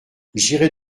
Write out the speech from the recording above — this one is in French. j’irai